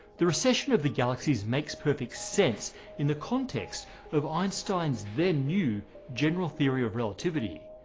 the recession of the galaxies makes perfect sense in the context of einstein's then-new general theory of relativity.